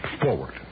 forward